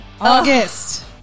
august